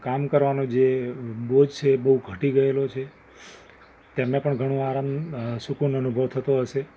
કામ કરવાનો જે બોજ છે એ બહુ ઘટી ગયેલો છે તેમને પણ ઘણો આરામ સુકૂન અનુભવ થતો હશે